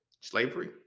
Slavery